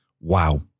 wow